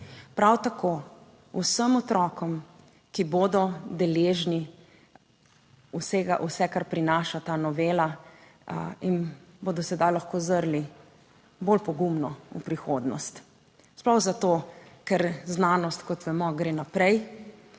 Prav tako vsem otrokom, ki bodo deležni vsega, vse kar prinaša ta novela. In bodo sedaj lahko zrli bolj pogumno v prihodnost, sploh zato, ker znanost, kot vemo, gre naprej.